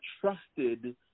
trusted